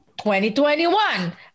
2021